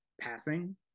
passing